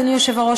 אדוני היושב-ראש,